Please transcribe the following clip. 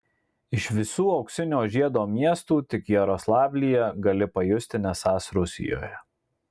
iš visų auksinio žiedo miestų tik jaroslavlyje gali pajusti nesąs rusijoje